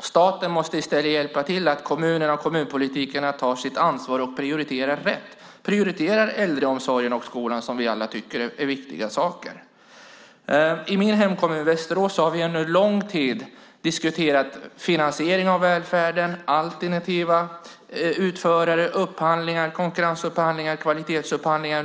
Staten måste i stället hjälpa till så att kommunerna och kommunpolitikerna tar sitt ansvar och prioriterar rätt och prioriterar äldreomsorgen och skolan som vi alla tycker är viktiga. I min hemkommun Västerås har vi under lång tid diskuterat finansieringen av välfärden, alternativa utförare, upphandlingar, konkurrensupphandlingar och kvalitetsupphandlingar.